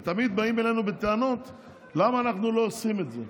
ותמיד באים אלינו בטענות למה אנחנו לא עושים את זה.